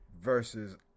versus